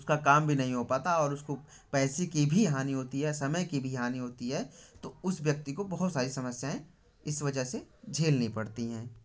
उसका काम भी नहीं हो पाता और उसको पैसे की भी हानि होती है समय की भी हानि होती है तो उस व्यक्ति को बहुत सारी समस्याएं इस वजह से झेलनी पड़ती हैं